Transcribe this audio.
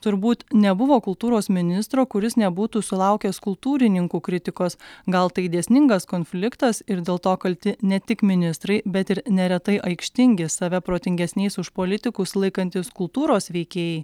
turbūt nebuvo kultūros ministro kuris nebūtų sulaukęs kultūrininkų kritikos gal tai dėsningas konfliktas ir dėl to kalti ne tik ministrai bet ir neretai aikštingi save protingesniais už politikus laikantys kultūros veikėjai